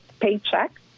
paycheck